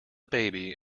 baby